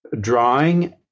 drawing